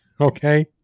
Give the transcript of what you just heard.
Okay